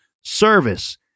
service